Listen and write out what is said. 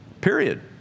period